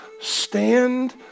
stand